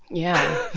yeah